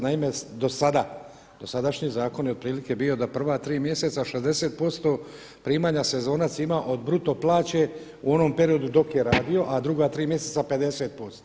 Naime, do sada, dosadašnji zakon je otprilike bio da prva tri mjeseca 60% primanja sezonac ima od bruto plaće u onom periodu dok je radio, a druga tri mjeseca 50%